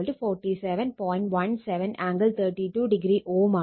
17 angle 32o Ω ആണ്